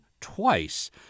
twice